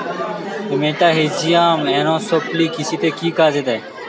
মেটাহিজিয়াম anisopliae কৃষিতে কি কাজে দেয়?